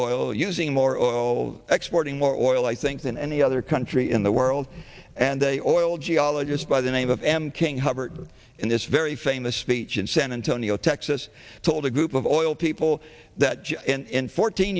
oil using more oil exporting more oil i think than any other country in the world and they all geologist by the name of m king hovered in this very famous speech in san antonio texas told a group of oil people that and fourteen